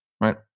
right